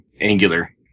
Angular